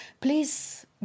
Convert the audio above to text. Please